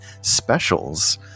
specials